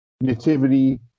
Nativity